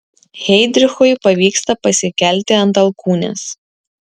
heidrichui pavyksta pasikelti ant alkūnės